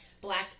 Black